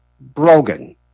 Brogan